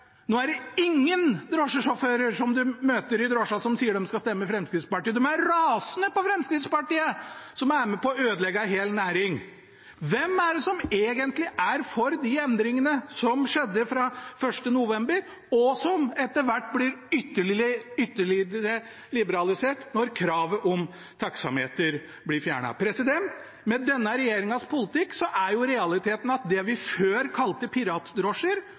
Nå er det ingen drosjesjåfører en møter i drosja, som sier de skal stemme Fremskrittspartiet. De er rasende på Fremskrittspartiet, som er med på å ødelegge en hel næring. Hvem er det som egentlig er for de endringene som skjedde fra 1. november, og som etter hvert blir ytterligere liberalisert når kravet om taksameter blir fjernet? Med denne regjeringens politikk er realiteten at det vi før kalte piratdrosjer,